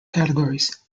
categories